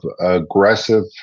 aggressive